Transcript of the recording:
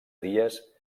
dies